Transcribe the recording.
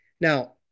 Now